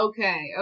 Okay